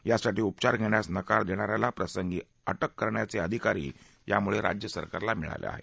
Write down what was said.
यासाठी उपचार घेण्यास नकार देणाऱ्याला प्रसंगी अके करण्याचे अधिकारही यामुळे राज्य सरकारला मिळाले आहेत